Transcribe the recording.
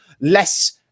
Less